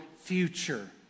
future